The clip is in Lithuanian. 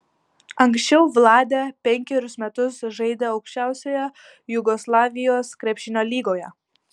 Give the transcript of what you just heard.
anksčiau vladė penkerius metus žaidė aukščiausioje jugoslavijos krepšinio lygoje